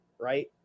right